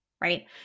right